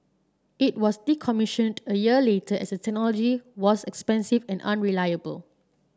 it was decommissioned a year later as the technology was expensive and unreliable